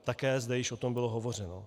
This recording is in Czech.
Také zde již o tom bylo hovořeno.